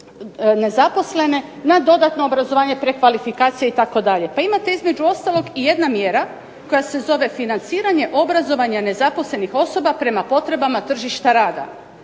nezaposlene na dodatno obrazovanje, prekvalifikacije itd. Imate između ostalog i jedna mjera koja se zove financiranje obrazovanja nezaposlenih osoba prema potrebama tržišta rada.